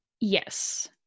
Yes